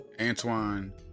Antoine